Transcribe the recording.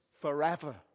forever